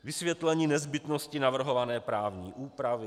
Vysvětlení nezbytnosti navrhované právní úpravy.